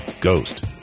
Ghost